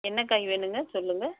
என்ன காய் வேணுங்க சொல்லுங்கள்